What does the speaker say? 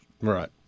Right